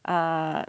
uh